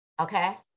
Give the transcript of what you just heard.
Okay